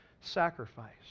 sacrifice